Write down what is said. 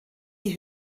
die